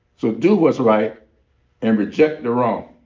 so do what's right and reject the wrong.